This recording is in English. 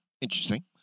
Interesting